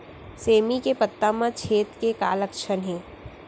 सेमी के पत्ता म छेद के का लक्षण हे?